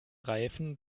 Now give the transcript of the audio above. reifen